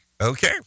Okay